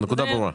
הנקודה ברורה.